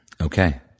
Okay